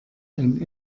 ein